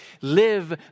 live